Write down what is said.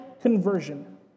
conversion